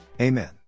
Amen